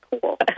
cool